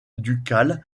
ducale